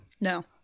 No